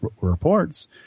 reports